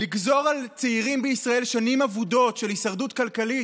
לגזור על צעירים בישראל שנים אבודות של הישרדות כלכלית,